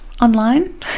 online